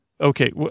Okay